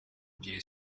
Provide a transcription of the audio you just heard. view